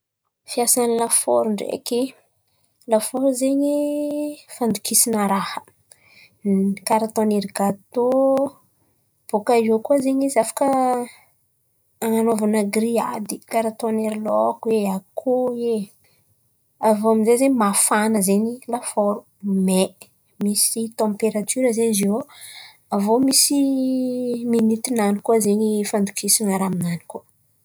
Fiasan̈y lafôro ndraiky, lafôro io zen̈y fandokisan̈a raha karà ataon̈'ery gatô, bôka eo koa zen̈y izy afaka an̈anovana grillade, karà ataon̈'ery laoko e, akôho e. Avô amin'jay zen̈y mafana zen̈y lafôro, may. Misy tamperatiora zen̈y izy io ao avô misy miniote n̈any koa zen̈y fandokisana raha aminany.